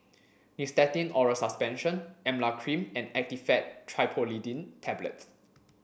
Nystatin Oral Suspension Emla Cream and Actifed Triprolidine Tablets